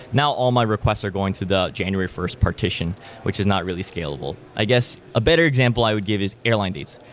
now, all my request are going to the january first partition which is not really scalable. i guess a better example i would give is airline dates,